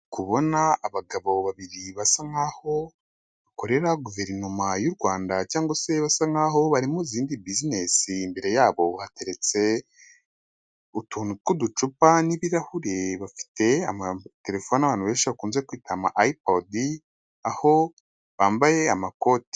Kubona abagabo babiri basa nkaho bakorera guverinoma y'u Rwanda cyangwa se basa nkaho barimo izindi bizinesi, imbere yabo hateretse utuntu tw'uducupa n'ibirahuri bafite telefone abantu benshi bakunze kwitaba ipod aho bambaye amakoti.